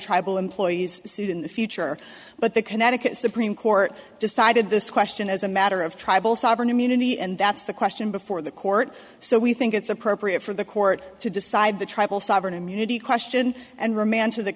tribal employees sued in the future but the connecticut supreme court decided this question as a matter of tribal sovereign immunity and that's the question before the court so we think it's appropriate for the court to decide the tribal sovereign immunity question and reman